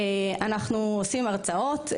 אנחנו עושים הרצאות,